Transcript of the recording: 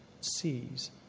sees